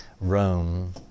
Rome